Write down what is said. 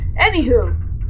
Anywho